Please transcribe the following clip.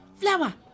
Flour